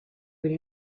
with